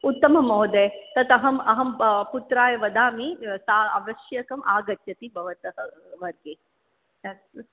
उत्तमं महोदय तत् अहम् अहं पुत्राय वदामि सः अवश्यं आगच्छति भवतः वर्गे अस्तु